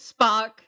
Spock